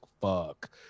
fuck